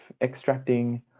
extracting